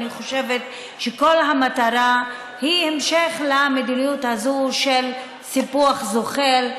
אני חושבת שכל המטרה היא המשך המדיניות הזאת של סיפוח זוחל,